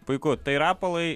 puiku tai rapolai